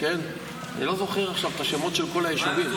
אני לא זוכר עכשיו את השמות של כל היישובים,